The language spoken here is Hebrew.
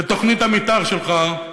ותוכנית המתאר שלך,